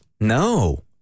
No